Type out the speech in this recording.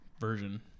version